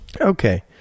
Okay